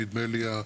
נדמה לי,